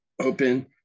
open